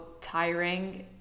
tiring